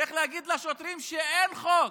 צריך להגיד לשוטרים שאין חוק,